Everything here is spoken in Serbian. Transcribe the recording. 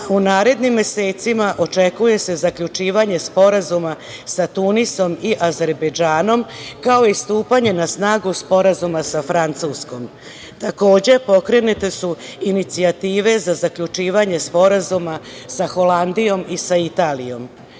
U narednim mesecima očekuje se zaključivanje sporazuma sa Tunisom i Azerbejdžanom, kao i stupanje na snagu Sporazuma sa Francuskom. Takođe, pokrenute su inicijative za zaključivanje sporazuma sa Holandijom i sa Italijom. Sa